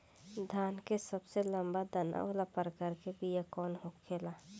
धान के सबसे लंबा दाना वाला प्रकार के बीया कौन होखेला?